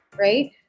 right